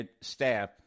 staff